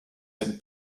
had